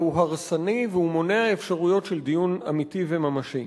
הוא הרסני והוא מונע אפשרויות של דיון אמיתי וממשי.